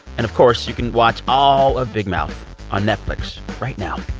and, of course, you can watch all of big mouth on netflix right now.